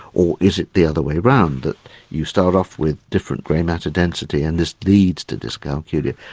or is it the other way around, that you start off with different grey matter density and this leads to dyscalculia?